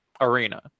arena